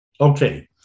Okay